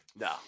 No